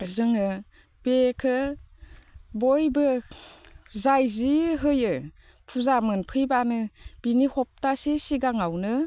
जोङो बेखो बयबो जाय जि होयो फुजा मोनफैब्लानो बिनि हबथासे सिगाङावनो